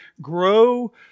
grow